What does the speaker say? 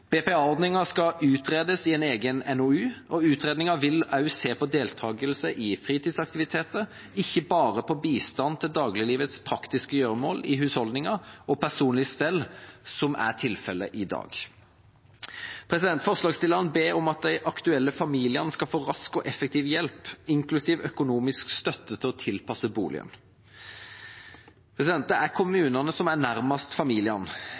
skal utredes i en egen NOU, og utredningen vil også se på deltakelse i fritidsaktiviteter, ikke bare på bistand til dagliglivets praktiske gjøremål i husholdninger og personlig stell, som er tilfellet i dag. Forslagsstillerne ber om at de aktuelle familiene skal få rask og effektiv hjelp, inklusiv økonomisk støtte til å tilpasse boligen. Det er kommunene som er nærmest familiene